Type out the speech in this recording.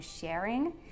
sharing